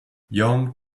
young